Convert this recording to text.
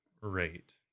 rate